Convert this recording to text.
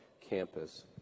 campus